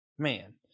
Man